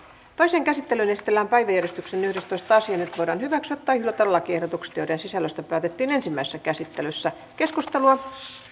tosin käsittelyyn esitellään päiväjärjestyksen yhdestoista sinfonian hyväksi tai hylätä lakiehdotukset joiden sisällöstä päätettiin ensimmäisessä asian käsittely päättyi